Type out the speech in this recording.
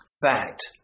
fact